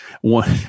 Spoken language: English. One